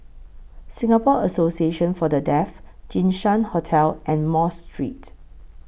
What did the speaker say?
Singapore Association For The Deaf Jinshan Hotel and Mosque Street